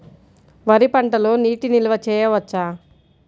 వరి పంటలో నీటి నిల్వ చేయవచ్చా?